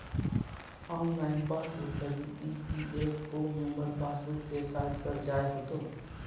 online passbook लगी EPFO member passbook के site पर जाय होतो